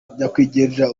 nyakwigendera